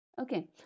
Okay